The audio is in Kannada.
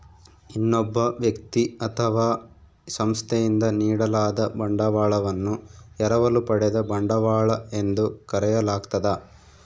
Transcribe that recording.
ಇನ್ನೊಬ್ಬ ವ್ಯಕ್ತಿ ಅಥವಾ ಸಂಸ್ಥೆಯಿಂದ ನೀಡಲಾದ ಬಂಡವಾಳವನ್ನು ಎರವಲು ಪಡೆದ ಬಂಡವಾಳ ಎಂದು ಕರೆಯಲಾಗ್ತದ